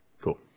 Cool